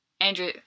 Andrew